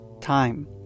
Time